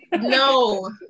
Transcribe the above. No